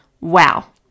Wow